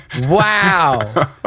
Wow